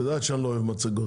את יודעת שאני לא אוהב מצגות.